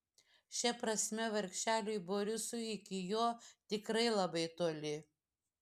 šia prasme vargšeliui borisui iki jo tikrai labai toli